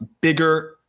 bigger